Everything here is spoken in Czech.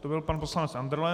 To byl pan poslanec Andrle.